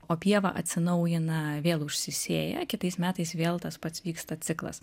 o pieva atsinaujina vėl užsisėja kitais metais vėl tas pats vyksta ciklas